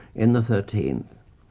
in the thirteenth.